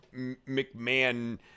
McMahon